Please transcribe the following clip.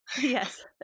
Yes